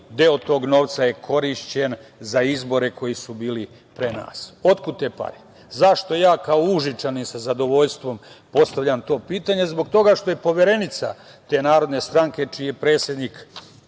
Deo tog novca je korišćen za izbore koji su bili pre nas. Otkud te pare? Zašto ja kao Užičanin sa zadovoljstvom postavljam to pitanje? Zbog toga što je poverenica te Narodne stranke, čiji je predsednik